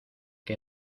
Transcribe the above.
que